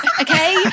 Okay